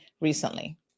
recently